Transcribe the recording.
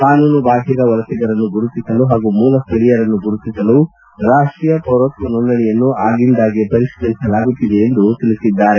ಕಾನೂನು ಬಾಹಿರ ವಲಸಿಗರನ್ನು ಗುರುತಿಸಲು ಹಾಗೂ ಮೂಲ ಸ್ವಳೀಯರನ್ನು ಗುರುತಿಸಲು ರಾಷ್ಷೀಯ ಪೌರತ್ವ ನೋಂದಣಿಯನ್ನು ಆಗಿಂದಾಗ್ಗೆ ಪರಿಷ್ಠರಿಸಲಾಗುತ್ಸಿದೆ ಎಂದು ಅವರು ತಿಳಿಸಿದ್ದಾರೆ